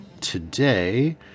today